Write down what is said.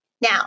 Now